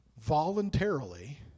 Voluntarily